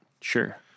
Sure